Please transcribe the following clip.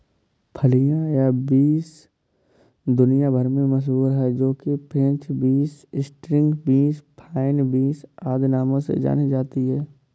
फलियां या बींस दुनिया भर में मशहूर है जो कि French beans, string beans, fine beans आदि नामों से जानी जाती है